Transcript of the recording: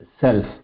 self